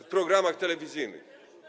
w programach telewizyjnych.